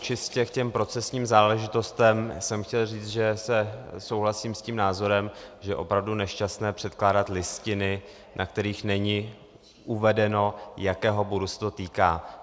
Čistě k těm procesním záležitostem jsem chtěl říct, že souhlasím s názorem, že je opravdu nešťastné předkládat listiny, na kterých není uvedeno, jakého bodu se to týká.